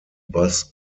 bus